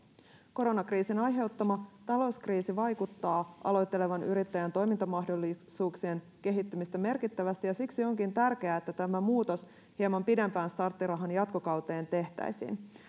koronakriisin aiheuttama talouskriisi vaikeuttaa aloittelevan yrittäjän toimintamahdollisuuksien kehittämistä merkittävästi ja siksi onkin tärkeää että tämä muutos hieman pidempään starttirahan jatkokauteen tehtäisiin